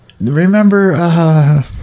Remember